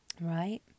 right